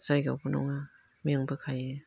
जायगायावबो नङा मेंबोखायो